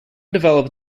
developed